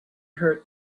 her